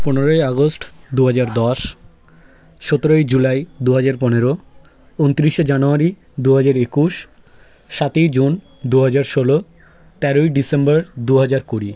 পনেরোই আগস্ট দু হাজার দশ সতেরোই জুলাই দু হাজার পনেরো উনতিরিশে জানুয়ারি দু হাজার একুশ সাতেই জুন দু হাজার ষোলো তেরোই ডিসেম্বর দু হাজার কুড়ি